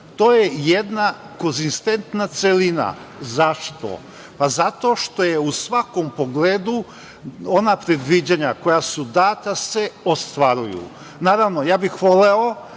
to je jedna konzistentna celina. Zašto? Zato što se u svakom pogledu predviđanja koja su data ostvaruju. Naravno, voleo